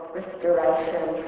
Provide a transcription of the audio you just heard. restoration